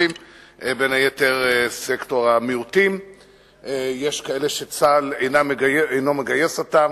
אינם פועלים בסוגי פעילות שאינם מאושרים,